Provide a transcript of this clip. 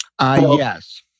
Yes